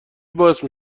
باعث